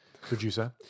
Producer